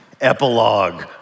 Epilogue